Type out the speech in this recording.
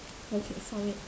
okay found it